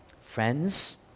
Friends